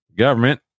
government